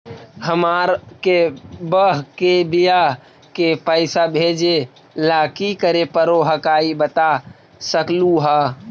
हमार के बह्र के बियाह के पैसा भेजे ला की करे परो हकाई बता सकलुहा?